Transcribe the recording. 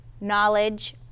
knowledge